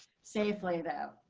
safely though.